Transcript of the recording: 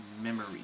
Memory